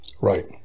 Right